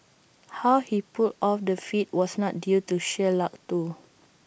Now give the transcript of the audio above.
how he pulled off the feat was not due to sheer luck though